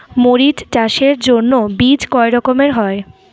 মরিচ চাষের জন্য বীজ কয় রকমের হয়?